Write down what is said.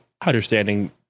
understanding